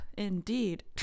Indeed